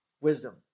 wisdom